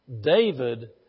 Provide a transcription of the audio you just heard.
David